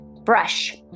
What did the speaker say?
brush